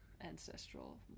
ancestral